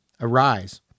Arise